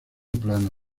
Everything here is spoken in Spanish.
plano